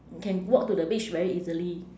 can walk to the beach very easily